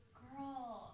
girl